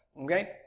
Okay